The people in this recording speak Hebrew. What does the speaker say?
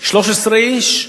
13 איש,